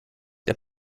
der